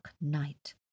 night